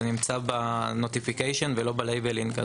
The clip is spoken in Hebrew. זה נמצא בנוטיפיקיישן ולא בלייבלים.